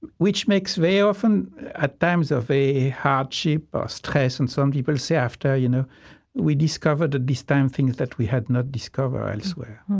which makes very often at times of hardship or stress. and some people say after, you know we discovered, at this time, things that we had not discovered elsewhere.